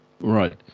Right